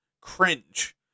cringe